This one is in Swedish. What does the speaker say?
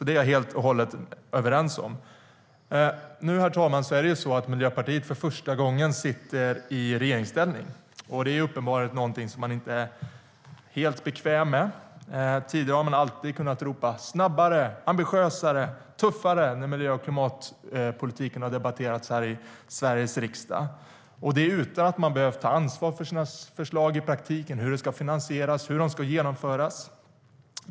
Det är jag helt och hållet överens med Stina Bergström om. Herr talman! Miljöpartiet sitter nu för första gången i regeringsställning. Det är uppenbarligen någonting som man inte är helt bekväm med. Tidigare när miljö och klimatpolitiken har debatterats här i Sveriges riksdag har Miljöpartiet alltid kunnat ropa: snabbare, ambitiösare, tuffare! Det har de kunnat göra utan att ta ansvar för sina förslag i praktiken och hur de ska finansieras och genomföras.